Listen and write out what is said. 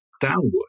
downward